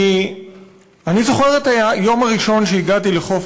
כי אני זוכר את היום הראשון שהגעתי לחוף